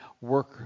work